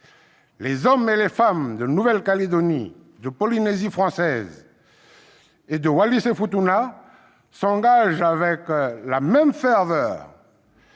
Les hommes et les femmes de Nouvelle-Calédonie, de Polynésie française et de Wallis-et-Futuna s'engagent avec la même ferveur,